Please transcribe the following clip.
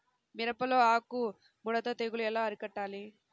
మిరపలో ఆకు ముడత తెగులు ఎలా అరికట్టాలి?